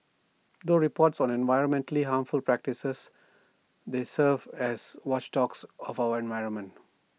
through reports on environmentally harmful practices they serve as watchdogs of our environment